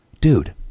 dude